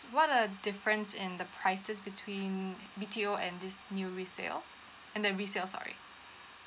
what are different and the prices between B_T_O and this new resale and the resale sorry